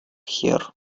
here